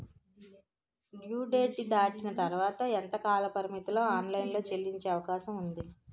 Due date దాటిన తర్వాత ఎంత కాలపరిమితిలో ఆన్ లైన్ లో చెల్లించే అవకాశం వుంది?